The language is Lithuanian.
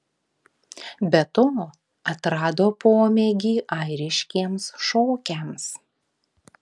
be to atrado pomėgį airiškiems šokiams